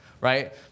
right